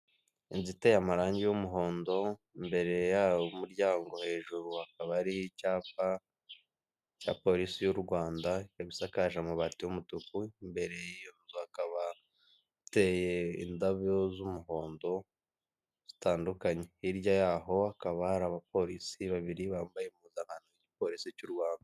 Inzu iteye amarangi y'umuhondo, imbere y'umuryango hejuru hakaba hari icyapa cya polisi y'u rwanda. Ikaba isakaje amabati y'umutuku, imbere hakaba hateye indabyo z'umuhondo zitandukanye. Hirya yaho hakaba hari abapolisi babiri bambaye impuzankano y'igipolisi cy'u Rwanda.